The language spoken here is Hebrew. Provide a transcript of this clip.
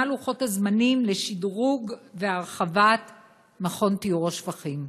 מה לוחות הזמנים לשדרוג ולהרחבה של מכון טיהור השפכים?